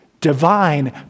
Divine